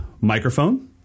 microphone